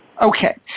Okay